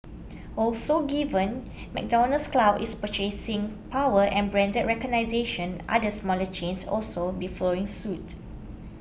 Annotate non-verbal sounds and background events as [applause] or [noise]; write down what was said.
also given McDonald's clout its purchasing power and brand [unintelligible] other smaller chains could also be following suit